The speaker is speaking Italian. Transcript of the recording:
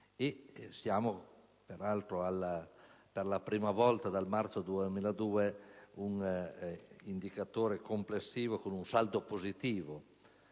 studio: per la prima volta, dal marzo 2002, un indicatore complessivo con un saldo positivo.